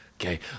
Okay